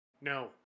no